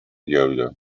yoder